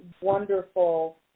wonderful